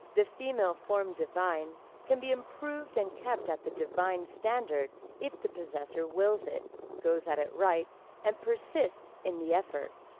the female form divine can be improved and kept at the divine standard if the possessor wills it, goes at it right and persists in the effort.